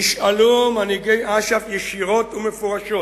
נשאלו מנהיגי אש"ף ישירות ומפורשות: